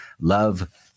love